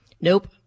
Nope